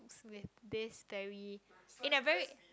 with this very in a very